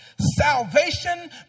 salvation